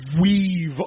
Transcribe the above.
weave